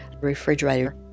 refrigerator